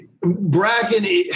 Bracken